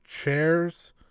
chairs